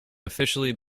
officially